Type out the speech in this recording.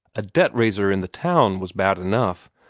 a debt-raiser in the town was bad enough!